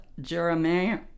Jeremiah